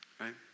Right